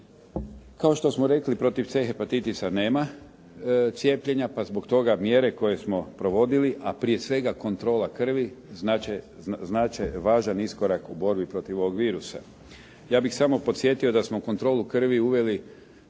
Kao što smo rekli, protiv C hepatitisa nema cijepljenja pa zbog toga mjere koje smo provodili, a prije svega kontrola krvi znače važan iskorak u borbi protiv ovog virusa. Ja bih samo podsjetio da smo kontrolu krvi uveli,